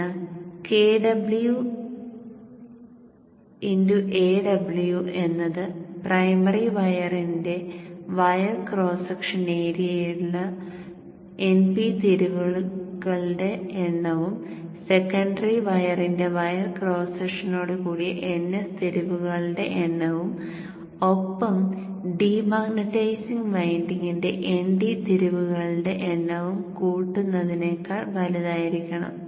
അതിനാൽ Kw Aw എന്നത് primary വയറിന്റെ വയർ ക്രോസ് സെക്ഷൻ ഏരിയയുള്ള Np തിരിവുകളുടെ എണ്ണവും സെക്കൻഡറി വയറിന്റെ വയർ ക്രോസ് സെക്ഷനോടുകൂടിയ Ns തിരിവുകളുടെ എണ്ണവും ഒപ്പം ഡീമാഗ്നെറ്റൈസിംഗ് വിൻഡിംഗിന്റെ Nd തിരിവുകളുടെ എണ്ണവും കൂട്ടുന്നതിനേക്കാൾ വലുതായിരിക്കണം